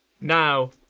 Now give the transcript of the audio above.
now